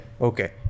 Okay